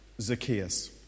Zacchaeus